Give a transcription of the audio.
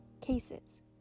Cases